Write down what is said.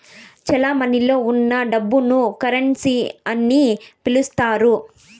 చెలమణిలో ఉన్న డబ్బును కరెన్సీ అని పిలుత్తారు